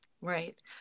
Right